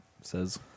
Says